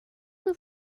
liv